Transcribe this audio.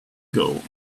gold